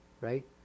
Right